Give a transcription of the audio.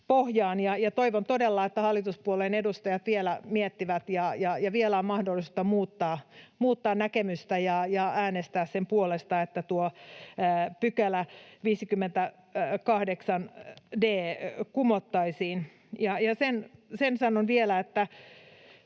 Toivon todella, että hallituspuolueiden edustajat vielä miettivät. Vielä on mahdollista muuttaa näkemystä ja äänestää sen puolesta, että tuo 58 d § kumottaisiin. Ja sen sanon vielä, että